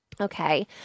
Okay